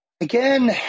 Again